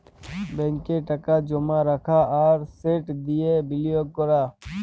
ব্যাংকে টাকা জমা রাখা আর সেট দিঁয়ে বিলিয়গ ক্যরা